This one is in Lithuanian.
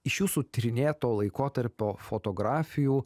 iš jūsų tyrinėto laikotarpio fotografijų